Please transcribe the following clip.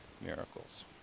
miracles